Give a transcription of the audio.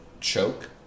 Choke